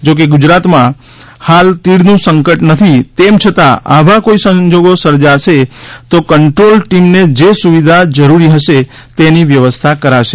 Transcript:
જો કે ગુજરાતમાં હાલ તીડનું સંકટ નથી તેમ છતાં આવા કોઈ સંજોગો સર્જાશે તો કંન્દ્રોલ ટીમને જે સુવિધા જરૂરી હશે તેની વ્યવસ્થા કરાશે